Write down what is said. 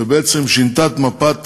ובעצם שינתה את מפת